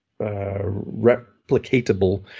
replicatable